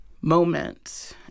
moment